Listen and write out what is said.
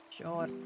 Sure